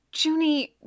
Junie